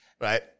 right